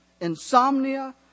insomnia